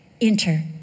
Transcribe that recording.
enter